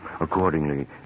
Accordingly